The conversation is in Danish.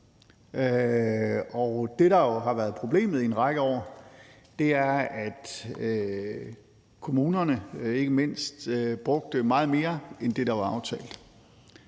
det, der jo har været problemet i en række år, er, at ikke mindst kommunerne brugte meget mere end det, der var aftalen,